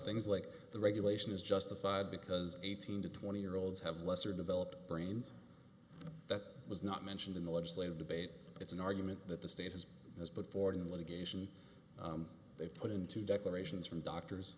things like the regulation is justified because eighteen to twenty year olds have lesser developed brains that was not mentioned in the legislative debate but it's an argument that the state has has put forward in litigation they put into declarations from doctors